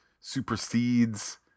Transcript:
supersedes